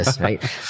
right